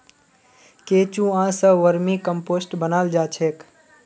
केंचुआ स vermicompost बनाल जा छेक